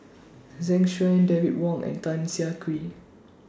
Zeng Shouyin David Wong and Tan Siah Kwee